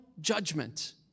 judgment